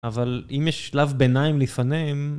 אבל אם יש שלב ביניים לפניהם...